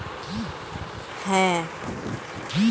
কফির ইতিহাস দেখতে গেলে সেটা আফ্রিকার ইথিওপিয়াতে আছে